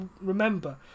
remember